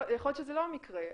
יכול להיות שזה לא המקרה,